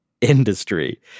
industry